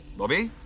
bobby?